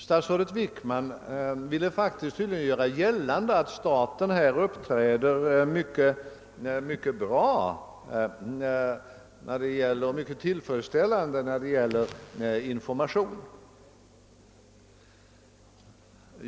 Statsrådet Wickman ville tydligen faktiskt göra gällande att staten uppträder mycket tillfredsställande när det gäller information om verksamheten.